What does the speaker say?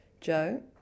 Joe